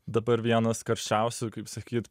dabar vienas karščiausių kaip sakyt